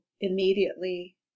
immediately